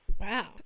Wow